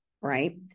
right